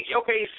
okay